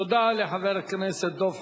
תודה לחבר הכנסת דב חנין.